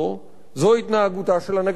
זה התנהגותה של הנהגת ההסתדרות.